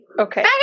Okay